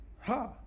Ha